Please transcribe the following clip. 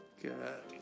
Good